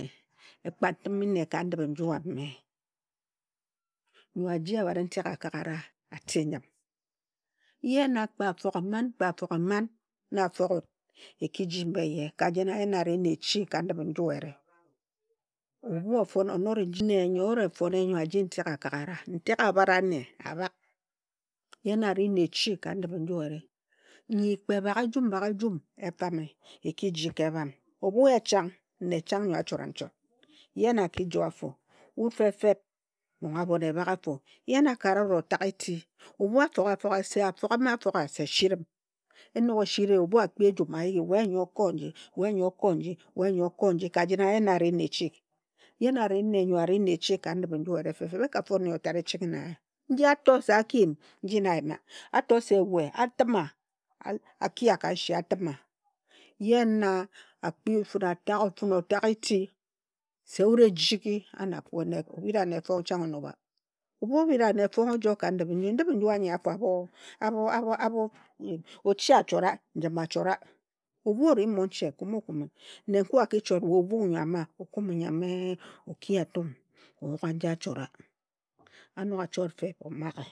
Ekpatim nne ka ndip nju a me nyo aji ebhat n tek akagara ati njim ye na kpe afoghe mman, kpe afoghe mman na afoghe ut, eki ji mba eye, ka jena ye na ari nne echi ka ndip nju eyire. Ebhu ofon, onori nji nne nyo ut efone nyo aji ntek akagara, ntek abhara ne abhag, ye na ari nne echi ka ndip nju eyire, nyi kpe bhaghe jum bhaghejum efane eki ji ka ebham. Ebhu ye chang, nne chang nyo a chora nchot. Ye na aki joe afo, wut fefeb nong abhon ebhag afo. Ye na akara wut otag eti. Ebhu afoghe afogha se afoghe ma afogha se siri m. Enog e shiri ye ebhu a kpi ejum a yigi, we nyo ko nji, we nyo ko nji, we nyo ko nji, ka jena ye na ari nne echi. Ye na ari nne yo ari nne echi ka ndip nju eyire fefeb. Eka fon nne yo tat ejing i na ye. Nji a to se a ki yim, nji na a yima. A to se we atima, a kia ka nshi a tima. Ye na a kpi wut fine a tag fine o tag eti. Se wut ejighi anakue, obhira ne fong chag o nobha. Ebhu obhira anne fong ojoe ka ndip nju, ndip nju anyi afo abho abho abho abho n ochi achora, njim achora. Obhu o ri monche, kuno kume. Nenkue a ki chot obhue nyo a ma, okume yam e eh, o ki atung, oyuga nji achora. A nog a chot feb we omaghe.